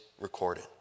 recorded